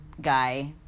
guy